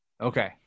okay